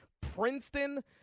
Princeton